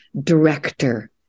director